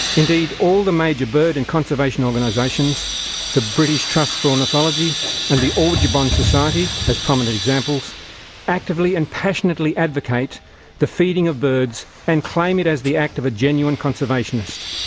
indeed, all the major bird and conservation organisations the british trust for ornithology and the audubon society, as prominent examples actively and passionately advocate the feeding of birds, and claim it as the act of any genuine conservationist.